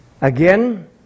Again